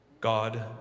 God